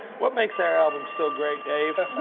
what makes their album so great, dave?